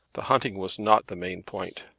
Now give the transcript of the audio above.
the hunting was not the main point.